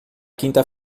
quinta